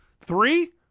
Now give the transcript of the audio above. three